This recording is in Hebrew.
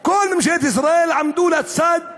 כל ממשלת ישראל עמדה לצד